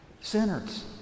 sinners